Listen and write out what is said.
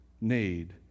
need